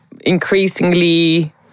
increasingly